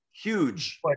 Huge